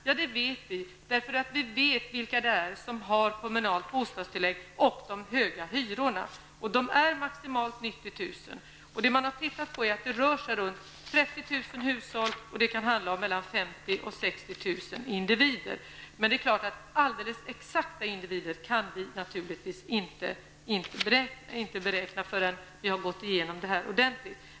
Det vet vi, därför att vi vet vilka som har kommunalt bostadstillägg och de höga hyrorna. De är maximalt 90 000. Det rör sig om 30 000 hushåll och mellan 50 000 och 60 000 individer. Alldeles exakta antalet personer kan vi naturligtvis inte beräkna förrän vi har gått igenom det här ordentligt.